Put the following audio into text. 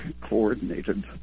coordinated